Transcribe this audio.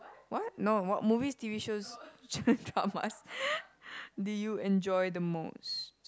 what no what movies T_V shows dramas do you enjoy the most